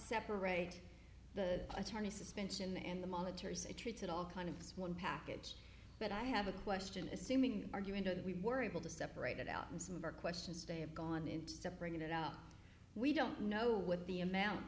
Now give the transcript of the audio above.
separate the attorney suspension and the monitors it treats it all kind of this one package but i have a question assuming arguing that we were able to separate it out and some of our questions they have gone into bringing it up we don't know what the amount